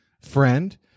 friend